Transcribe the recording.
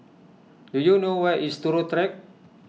do you know where is Turut Track